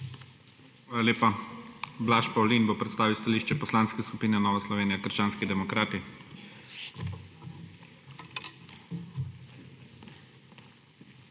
Hvala lepa. Blaž Pavlin bo predstavil stališče Poslanske skupine Nova Slovenija - krščanski demokrati.